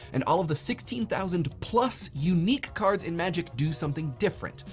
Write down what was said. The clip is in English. and all of the sixteen thousand plus unique cards in magic do something different.